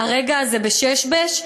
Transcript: "הרגע הזה בשש-בש,